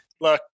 look